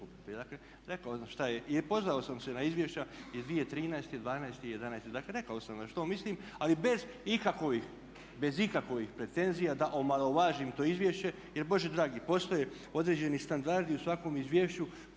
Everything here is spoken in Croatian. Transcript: Dakle, rekao sam što i pozvao sam se na izvješća iz 2013., 2012. i 2011. Dakle, rekao sam na što mislim ali bez ikakvih pretenzija da omalovažim to izvješće. Jer Bože dragi postoje određeni standardi u svakom izvješću